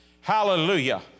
Hallelujah